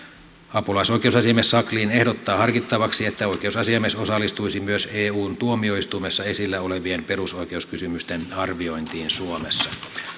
apulaisoikeusasiamies sakslin ehdottaa harkittavaksi että oikeusasiamies osallistuisi myös eun tuomioistuimessa esillä olevien perusoikeuskysymysten arviointiin suomessa